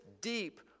deep